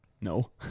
No